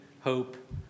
hope